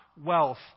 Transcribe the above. wealth